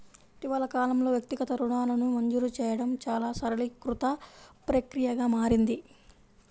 ఇటీవలి కాలంలో, వ్యక్తిగత రుణాలను మంజూరు చేయడం చాలా సరళీకృత ప్రక్రియగా మారింది